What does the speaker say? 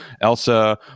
elsa